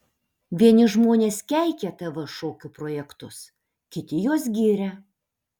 vieni žmonės keikia tv šokių projektus kiti juos giria